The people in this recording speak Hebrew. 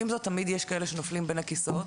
ועם זאת תמיד יש כאלה שנופלים בין הכיסאות,